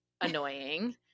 annoying